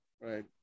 right